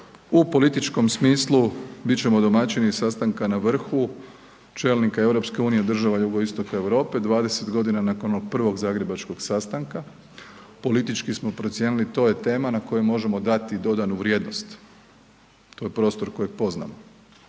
U političkom smislu bit ćemo domaćini sastanka na vrhu čelnika EU država jugoistoka Europe, 20.g. nakon onog prvog zagrebačkog sastanka, politički smo procijenili to je tema na koju možemo dati dodanu vrijednost, to je prostor kojeg poznamo,